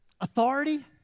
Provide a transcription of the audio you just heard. authority